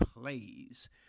plays